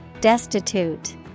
Destitute